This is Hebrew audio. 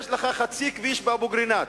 יש לך חצי כביש באבו-קורינאת,